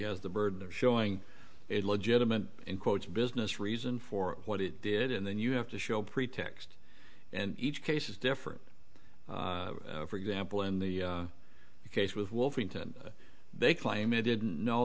has the burden of showing it legitimate in quotes business reason for what it did and then you have to show pretext and each case is different for example in the case with wolf they claim it didn't know